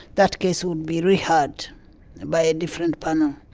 that case would be reheard by a different panel.